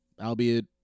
Albeit